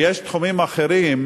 ויש תחומים אחרים